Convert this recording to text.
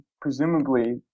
presumably